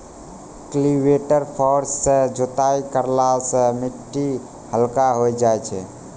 cultivator फार सँ जोताई करला सें मिट्टी हल्का होय जाय छै